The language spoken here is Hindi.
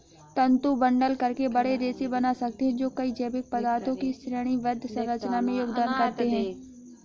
तंतु बंडल करके बड़े रेशे बना सकते हैं जो कई जैविक पदार्थों की श्रेणीबद्ध संरचना में योगदान करते हैं